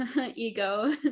ego